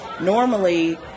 Normally